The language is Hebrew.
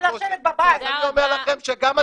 אומר לכם חברים,